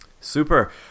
Super